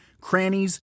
crannies